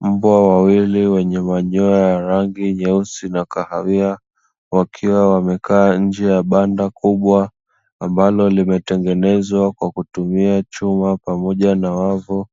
Mbwa wawili wenye manyoya rangi nyeusi na kahawia wakiwa wamekaa nje ya banda kubwa, ambalo limetengenezwa kwa kutumia chuma pamoja na wavu